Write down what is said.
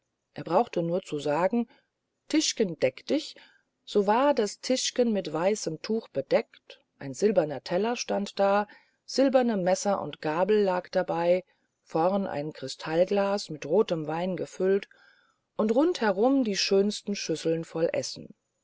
er brauchte nur zu sagen tischgen deck dich so war das tischgen mit weißem tuch gedeckt ein silberner teller stand da silberne messer und gabel lagen dabei vorn ein cristallglas mit rothem wein gefüllt und rund herum die schönsten schüsseln voll essen